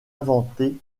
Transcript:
inventé